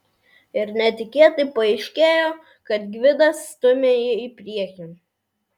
ir netikėtai paaiškėjo kad gvidas stumia jį į priekį